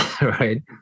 right